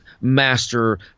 master